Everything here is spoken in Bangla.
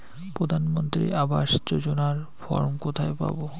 প্রধান মন্ত্রী আবাস যোজনার ফর্ম কোথায় পাব?